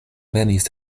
venis